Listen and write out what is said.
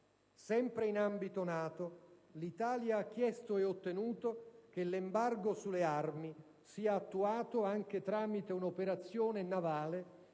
Sempre in ambito NATO, l'Italia ha chiesto e ottenuto che l'embargo sulle armi sia attuato anche tramite un'operazione navale